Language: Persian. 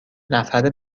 نفر